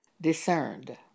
discerned